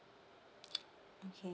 okay